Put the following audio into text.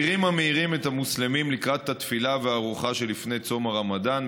המעירים את המוסלמים לקראת התפילה והארוחה שלפני צום הרמדאן,